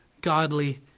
godly